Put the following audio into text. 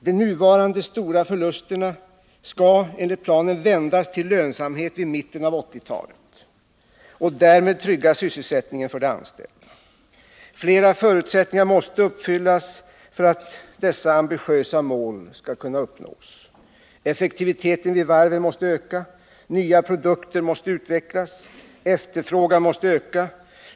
De nuvarande stora förlusterna skall enligt planen vändas till lönsamhet vid mitten av 1980-talet och därmed trygga sysselsättningen för de anställda. Flera förutsättningar måste uppfyllas för att dessa ambitiösa mål skall kunna uppnås. Effektiviteten vid varven måste öka. Nya produkter måste utvecklas. Efterfrågan måste öka.